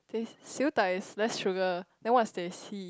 teh Siew-Dai is less sugar then what is teh C